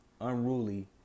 unruly